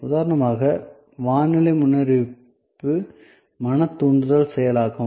உதாரணமாக வானிலை முன்னறிவிப்பு மன தூண்டுதல் செயலாக்கம்